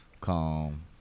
calm